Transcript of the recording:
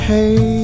Hey